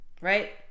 Right